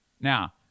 now